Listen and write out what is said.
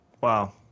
Wow